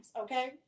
okay